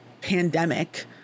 pandemic